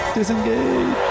Disengage